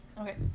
Okay